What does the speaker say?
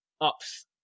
ups